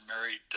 married